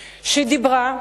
שדיברה,